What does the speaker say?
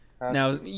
now